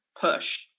push